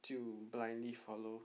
就 blindly follow